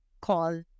call